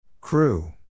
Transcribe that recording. Crew